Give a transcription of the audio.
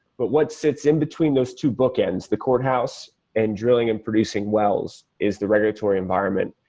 but what sits in between those two bookends, the courthouse in drilling and producing wells, is the regulatory environment.